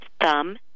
Thumb